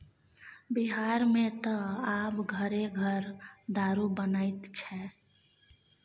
बिहारमे त आब घरे घर दारू बनैत छै